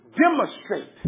demonstrate